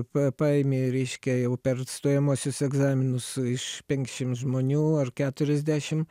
pa paimi reiškia jau per stojamuosius egzaminus iš penkiasdešimt žmonių ar keturiasdešimt